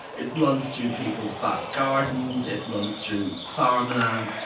it runs through people's back gardens, it runs through farmland,